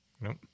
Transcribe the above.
Nope